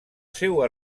seua